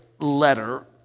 letter